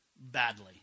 badly